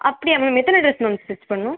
அப்படியா மேம் எத்தனை dress ma'am stitch பண்ணும்